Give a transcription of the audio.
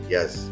Yes